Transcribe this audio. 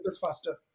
faster